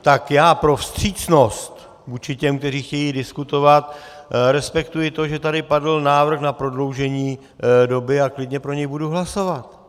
Tak já pro vstřícnost vůči těm, kteří chtějí diskutovat, respektuji to, že tady padl návrh na prodloužení doby, a klidně pro něj budu hlasovat.